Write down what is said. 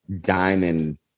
diamond